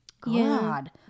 God